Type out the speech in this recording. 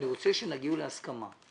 אני רוצה שנגיע להסכמה.